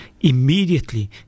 Immediately